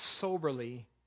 soberly